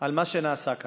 על מה שנעשה כאן.